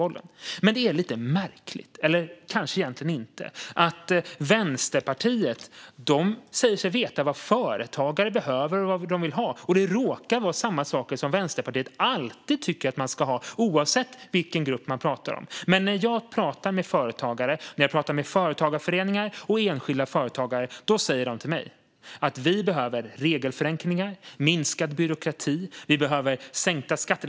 Det är lite märkligt - eller kanske egentligen inte - att Vänsterpartiet säger sig veta vad företagare behöver och vill ha. Det råkar vara samma saker som Vänsterpartiet alltid tycker att man ska ha, oavsett vilken grupp man pratar om. När jag pratar med företagarföreningar och enskilda företagare säger de till mig att de behöver regelförenklingar, minskad byråkrati och sänkta skatter.